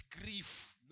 grief